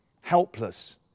helpless